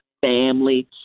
family